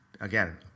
again